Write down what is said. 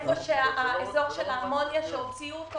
איפה שהאזור של האמוניה שהוציאו אותו,